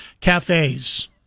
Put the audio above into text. cafes